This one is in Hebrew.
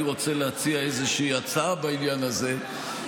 אני רוצה להציע איזושהי הצעה בעניין הזה.